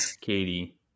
Katie